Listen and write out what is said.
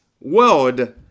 world